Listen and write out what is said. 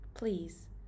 Please